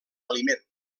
aliment